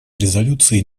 резолюции